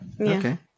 Okay